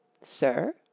Sir